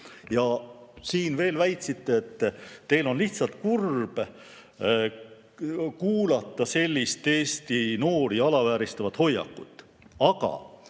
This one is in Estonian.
0%. Veel väitsite, et teil on lihtsalt kurb kuulata sellist Eesti noori alavääristavat hoiakut.